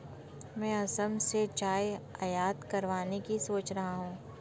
मैं असम से चाय आयात करवाने की सोच रहा हूं